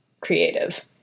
creative